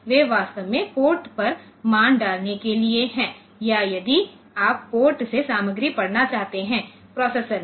वे वास्तव में पोर्ट पर मान डालने के लिए हैं या यदि आप पोर्टसे सामग्री पढ़ना चाहते हैं प्रोसेसर में